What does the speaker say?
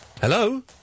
Hello